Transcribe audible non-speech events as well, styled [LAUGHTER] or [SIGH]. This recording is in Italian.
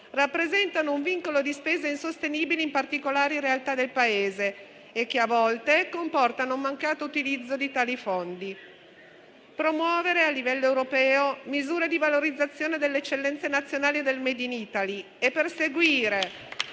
rappresentano un vincolo di spesa insostenibile in particolari realtà del Paese e che a volte comportano un mancato utilizzo di tali fondi. È necessario promuovere a livello europeo misure di valorizzazione delle eccellenze nazionali del *made in Italy* [APPLAUSE]